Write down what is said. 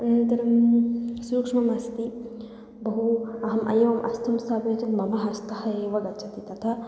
अनन्तरं सूक्ष्ममस्ति बहु अहम् अहं हस्तं स्थापयितुं मम हस्तः एव गच्छति तथा